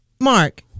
Mark